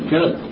Good